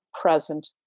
present